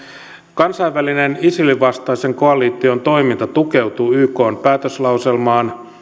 kansainvälinen isilin vastaisen koalition toiminta tukeutuu ykn päätöslauselmaan